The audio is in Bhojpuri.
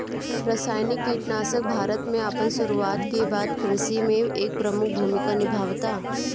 रासायनिक कीटनाशक भारत में अपन शुरुआत के बाद से कृषि में एक प्रमुख भूमिका निभावता